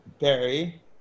Barry